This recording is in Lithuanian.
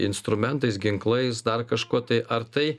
instrumentais ginklais dar kažkuo tai ar tai